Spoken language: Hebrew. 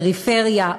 פריפריה,